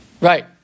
Right